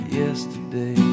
yesterday